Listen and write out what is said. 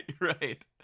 Right